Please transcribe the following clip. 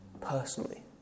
personally